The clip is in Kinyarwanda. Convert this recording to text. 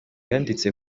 yanditse